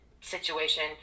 situation